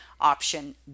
option